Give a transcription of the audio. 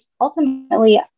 ultimately